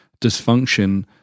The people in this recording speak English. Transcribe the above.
dysfunction